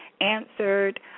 answered